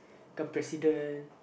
become president